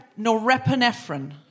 Norepinephrine